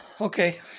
okay